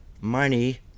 money